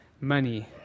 money